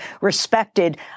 respected